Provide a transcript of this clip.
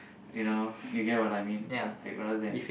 you know you get what I mean rather than